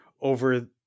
over –